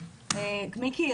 מיקי,